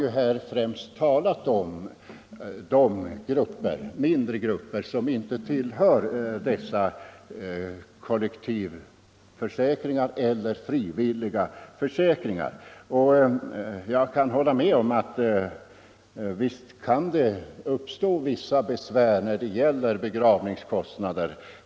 Här har främst talats om de mindre grupper som inte omfattas av dessa kollektivförsäkringar eller frivilliga försäkringar, och jag kan hålla med om att det för dem kan uppstå vissa problem när det gäller begravningskostnader.